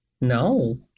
No